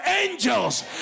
angels